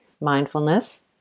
mindfulness